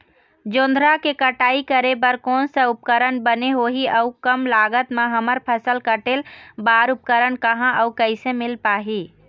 जोंधरा के कटाई करें बर कोन सा उपकरण बने होही अऊ कम लागत मा हमर फसल कटेल बार उपकरण कहा अउ कैसे मील पाही?